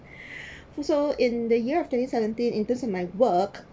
also in the year of twenty seventeen in terms of my work